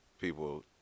people